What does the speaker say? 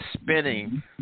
spinning